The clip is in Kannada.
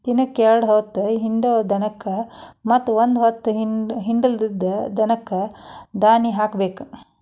ದಿನಕ್ಕ ಎರ್ಡ್ ಹೊತ್ತ ಹಿಂಡು ದನಕ್ಕ ಮತ್ತ ಒಂದ ಹೊತ್ತ ಹಿಂಡಲಿದ ದನಕ್ಕ ದಾನಿ ಹಾಕಬೇಕ